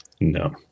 No